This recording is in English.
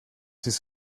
his